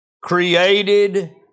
created